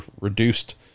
reduced